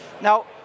Now